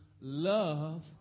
love